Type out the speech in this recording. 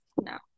No